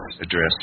address